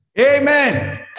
Amen